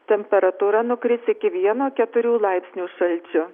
temperatūra nukris iki vieno keturių laipsnių šalčio